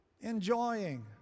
Enjoying